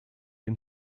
den